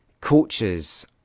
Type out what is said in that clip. coaches